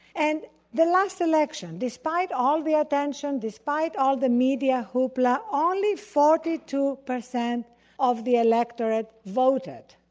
and the last election despite all the attention, despite all the media hoopla only forty two percent of the electorate voted.